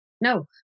No